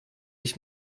ich